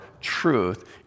truth